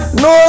no